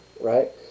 right